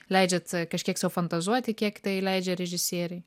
leidžiat kažkiek sau fantazuoti kiek tai leidžia režisieriai